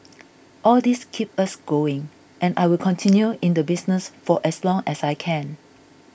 all these keep us going and I will continue in the business for as long as I can